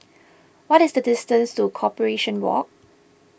what is the distance to Corporation Walk